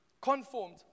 conformed